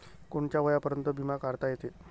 कोनच्या वयापर्यंत बिमा काढता येते?